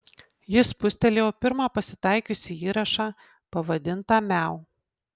ji spustelėjo pirmą pasitaikiusį įrašą pavadintą miau